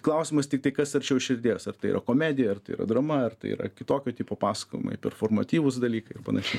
klausimas tiktai kas arčiau širdies ar tai yra komedija ar drama ar tai yra kitokio tipo pasakojimai performatyvūs dalykai ir panašiai